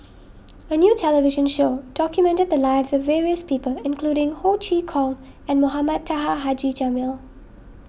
a new television show documented the lives of various people including Ho Chee Kong and Mohamed Taha Haji Jamil